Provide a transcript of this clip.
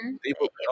people